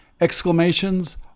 exclamations